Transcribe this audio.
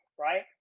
right